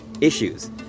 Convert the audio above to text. issues